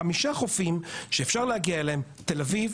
חמישה חופים שאפשר להגיע אליהם: תל אביב,